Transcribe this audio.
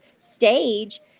stage